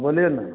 बोलिए ने